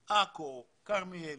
עכו, כרמיאל.